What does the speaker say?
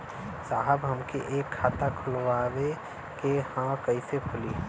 साहब हमके एक खाता खोलवावे के ह कईसे खुली?